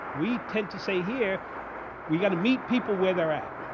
we tend to say here we got to meet people where they're at.